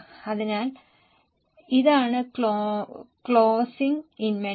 അതിനാൽ ഇതാണ് closing inventory